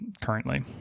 currently